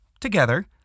together